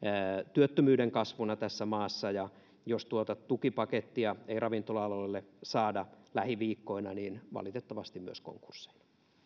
työttömyyden kasvuna tässä maassa ja silloin jos tuota tukipakettia ei ravintola alalle saada lähiviikkoina valitettavasti myös konkursseina